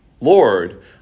Lord